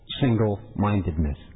single-mindedness